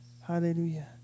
Hallelujah